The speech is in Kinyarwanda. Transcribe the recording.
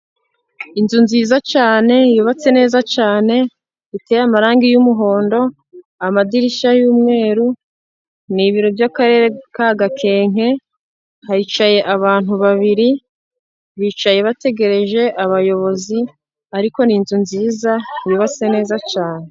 Inzu nziza cyane yubatse neza cyane iteye amarangi y'umuhondo, amadirishya y'umweru, ni ibiro by'Akarere ka Gakenke, hicaye abantu babiri bicaye bategereje abayobozi, ariko ni inzu nziza yubatse neza cyane.